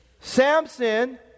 Samson